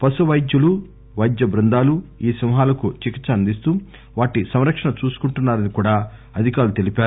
పశువైద్యులు వైద్య బృందాలు ఈ సింహాలకు చికిత్స అందిస్తూ వాటి సంరక్షణ చూసుకుంటున్నారని కూడా అధికారులు తెలిపారు